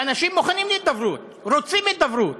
ואנשים מוכנים להידברות, רוצים הידברות,